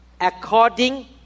according